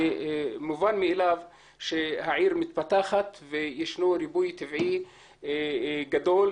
ומובן מאליו שהעיר מתפתחת וישנו ריבוי טבעי גדול,